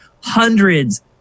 hundreds